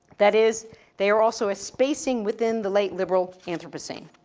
that is they are also a spacing within the late liberal anthropocentric.